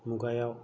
मुगायाव